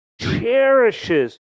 Cherishes